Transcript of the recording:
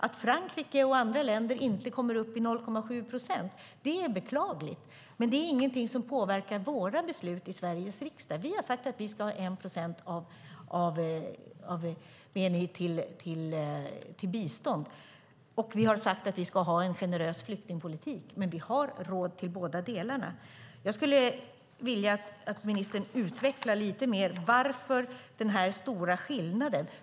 Att Frankrike och andra länder inte kommer upp i 0,7 procent är beklagligt, men det är ingenting som påverkar våra beslut i Sveriges riksdag. Vi har sagt att vi ska ha 1 procent av bni till bistånd, och vi har sagt att vi ska ha en generös flyktingpolitik. Vi har råd med båda delarna. Jag skulle vilja att ministern utvecklade lite anledningen till den här stora skillnaden.